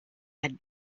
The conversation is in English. had